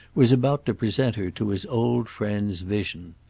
was about to present her to his old friend's vision.